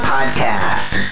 Podcast